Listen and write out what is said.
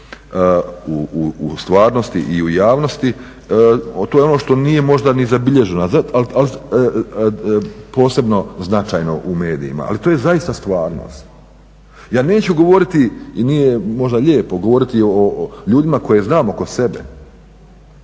u stvarnosti i u javnosti. To je ono što nije možda ni zabilježeno, a posebno značajno u medijima, ali to je zaista stvarnost. Ja neću govoriti i nije možda lijepo govoriti o ljudima koje znam oko sebe